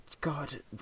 God